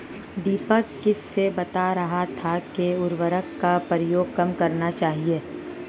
दीपक किसे बता रहा था कि उर्वरक का प्रयोग कम करना चाहिए?